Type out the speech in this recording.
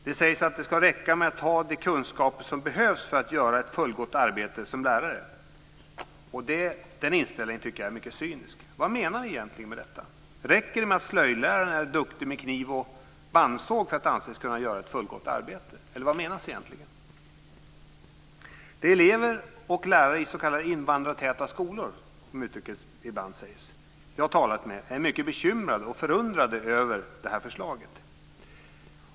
Det sägs att det ska räcka med att ha de kunskaper som behövs för att göra ett fullgott arbete som lärare. Den inställningen tycker jag är mycket cynisk. Vad menar ni egentligen med detta? Räcker det med att slöjdläraren är duktig med kniv och bandsåg för att anses kunna göra ett fullgott arbete, eller vad menas egentligen? ett uttryck som ibland används - som jag har talat med är mycket bekymrade och förundrade över detta förslag.